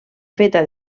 feta